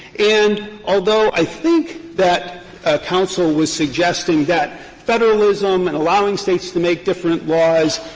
and although, i think that counsel was suggesting that federalism and allowing states to make different laws,